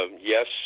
Yes